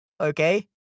Okay